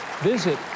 visit